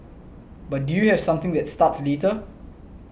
but do you have something that starts later